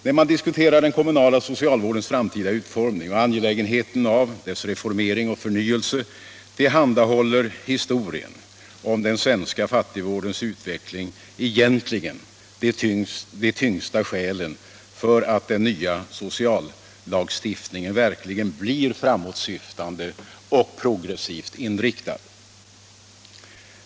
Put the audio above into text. När man diskuterar den kommunala socialvårdens framtida utformning och angelägenheten av dess reformering och förnyelse, tillhandahåller historien om den svenska fattigvårdens utveckling egentligen de tyngsta skälen för att den nya sociallagstiftningen verkligen blir framåtsyftande och progressivt inriktad.